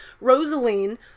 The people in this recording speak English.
Rosaline